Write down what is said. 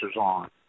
on